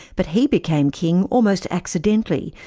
but he became king almost accidentally,